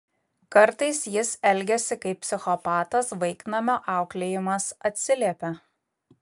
kartais jis elgiasi kaip psichopatas vaiknamio auklėjimas atsiliepia